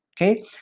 Okay